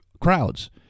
crowds